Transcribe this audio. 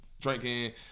drinking